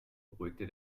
beruhigte